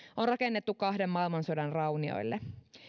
on rakennettu kahden maailmansodan raunioille